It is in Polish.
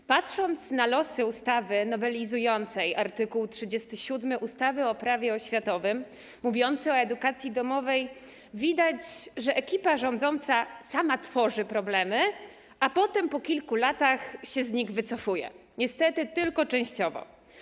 Gdy patrzy się na losy ustawy nowelizującej art. 37 ustawy - Prawo oświatowe mówiący o edukacji domowej, widać, że ekipa rządząca sama tworzy problemy, a potem, po kilku latach się z nich wycofuje, niestety tylko częściowo.